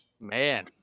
Man